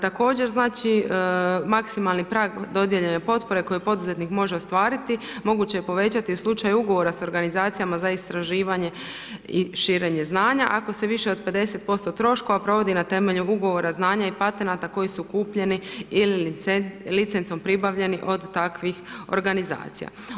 Također maksimalni prag dodijeljene potpore koje poduzetnik može ostvariti moguće je povećati u slučaju ugovora s organizacijama za istraživanje i širenje znanja, ako se više od 50% troškova provodi na temelju ugovora znanja i patenata koji su kupljeni ili licencom pribavljeni od takvih organizacija.